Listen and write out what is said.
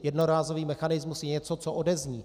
Jednorázový mechanismus je něco, co odezní.